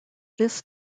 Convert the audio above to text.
this